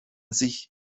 sich